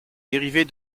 dérivée